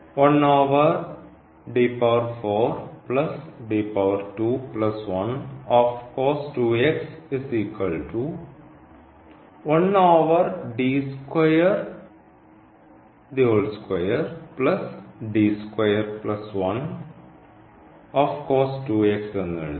എന്ന് എഴുതാം